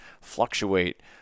fluctuate